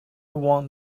want